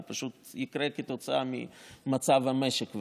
הוא פשוט יקרה כתוצאה ממצב המשק.